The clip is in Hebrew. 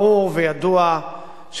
ברור וידוע,